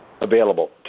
available